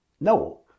No